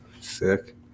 Sick